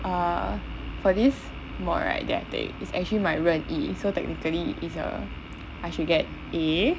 uh for this mod right that I take is actually my 任意 so technically it is a I should get A